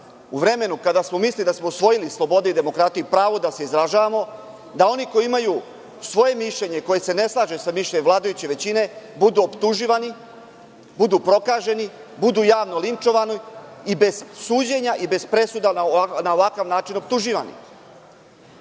u vremenu kada smo mislili da smo usvojili slobodu i demokratiju i pravo da se izražavamo, da oni koji imaju svoje mišljenje koje se ne slaže sa mišljenjem vladajuće većine budu optuživani, budu prokaženi, budu javno linčovani i bez suđenja i bez presuda na ovakav način optuživani. Mi